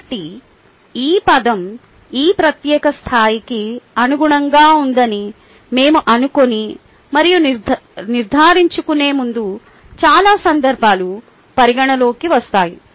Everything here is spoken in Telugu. కాబట్టి ఈ పదం ఈ ప్రత్యేక స్థాయికి అనుగుణంగా ఉందని మేము అనుకొని మరియు నిర్దారించుకునే ముందు చాలా సందర్భాలు పరిగణలోకి వస్తాయి